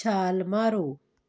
ਛਾਲ ਮਾਰੋ